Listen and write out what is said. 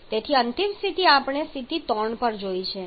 તેથી અંતિમ સ્થિતિ આપણે સ્થિતિ 3 પર જોઇએ